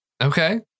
Okay